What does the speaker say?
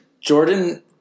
Jordan